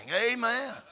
amen